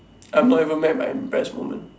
I'm not even mad but impressed moment